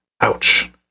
Ouch